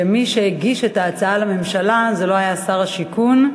שמי שהגיש את ההצעה לממשלה לא היה שר השיכון,